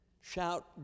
Shout